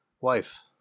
wife